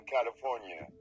California